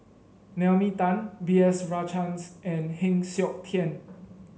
Naomi Tan B S Rajhans and Heng Siok Tian